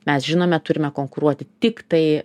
mes žinome turime konkuruoti tiktai